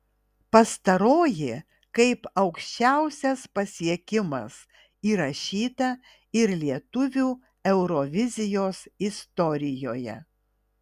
pastaroji kaip aukščiausias pasiekimas įrašyta ir lietuvių eurovizijos istorijoje